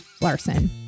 Larson